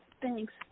thanks